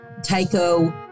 Tyco